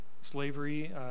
slavery